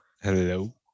Hello